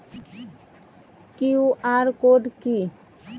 QR code কি?